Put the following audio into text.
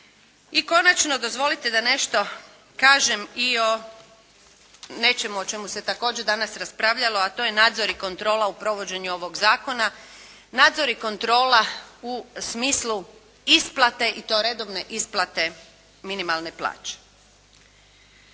I konačno dozvolite da nešto kažem i o nečemu o čemu se također danas raspravljalo, a to je nadzor i kontrola u provođenju ovog zakona. Nadzor i kontrola u smislu isplate i to redovne isplate minimalne plaće.